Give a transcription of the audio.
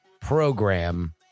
program